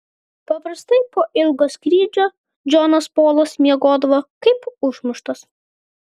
paprastai po ilgo skrydžio džonas polas miegodavo kaip užmuštas